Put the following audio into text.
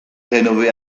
rénovées